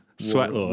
Sweat